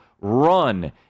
run